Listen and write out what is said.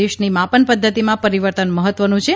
દેશની માપન પદ્ધતિમાં પરિવર્તન મહત્વનું છે